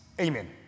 Amen